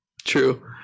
True